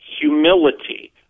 humility